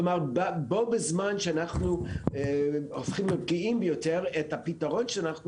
כלומר בו בזמן שאנחנו הופכים להיות גאים ביותר את הפתרון שאנחנו